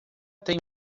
tem